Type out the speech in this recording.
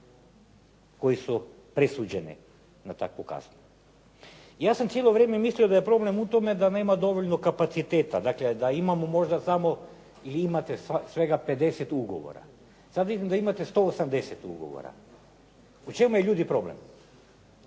koji su presuđeni na takvu kaznu. Ja sam cijelo vrijeme mislim da je problem u tome da nema dovoljno kapaciteta, dakle da imate smo svega 50 ugovora. Sada vidim da imate 180 ugovora. U čemu je ljudi problem?